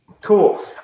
Cool